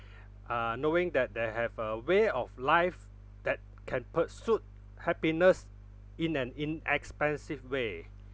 uh knowing that they have a way of life that can pursuit happiness in an inexpensive way